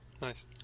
Nice